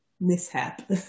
mishap